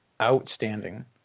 outstanding